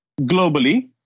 globally